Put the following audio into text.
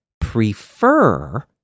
prefer